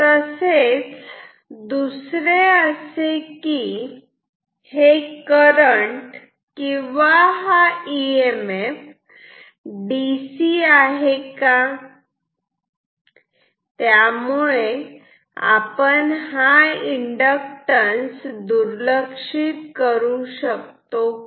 तसेच दुसरे असे की हे करंट किंवा इ एम एफ डीसी आहे का त्यामुळे आपण हा इंडक्टर दुर्लक्षित करू शकतो का